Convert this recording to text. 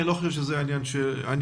אני לא חושב שזה עניין תרבותי.